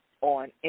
on